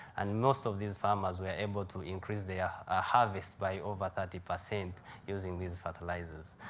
and most of these farmers were able to increase their harvest by over thirty percent using these fertilizers.